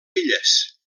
filles